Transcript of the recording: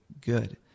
good